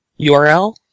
url